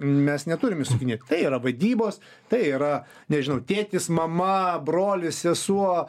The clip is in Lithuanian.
mes neturim įsukinėt tai yra vadybos tai yra nežinau tėtis mama brolis sesuo